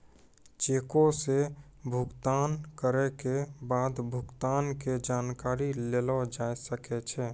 चेको से भुगतान करै के बाद भुगतान के जानकारी लेलो जाय सकै छै